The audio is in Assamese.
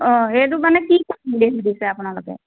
অঁ এইটো মানে আপোনালোকে